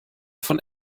von